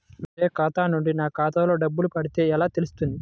వేరే ఖాతా నుండి నా ఖాతాలో డబ్బులు పడితే ఎలా తెలుస్తుంది?